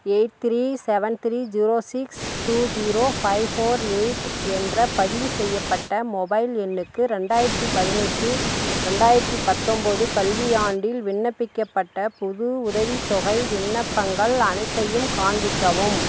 eight three seven three zero six two zero five four eight என்ற பதிவுசெய்யப்பட்ட mobile எண்ணுக்கு ரெண்டாயிரத்தி பதினெட்டு ரெண்டாயிரத்தி பத்தொம்பது கல்வியாண்டில் விண்ணப்பிக்கப்பட்ட புது உதவித்தொகை விண்ணப்பங்கள் அனைத்தையும் காண்பிக்கவும்